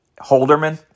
Holderman